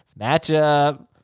Matchup